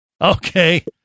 Okay